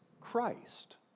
Christ